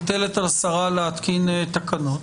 זאת סמכות חובה שמוטלת על השרה להתקין תקנות.